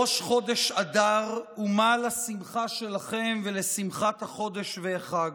ראש חודש אדר, ומה לשמחה שלכם ולשמחת החודש והחג?